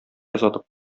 озатып